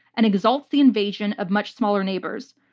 and exalts the invasion of much smaller neighbors.